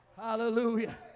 Hallelujah